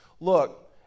Look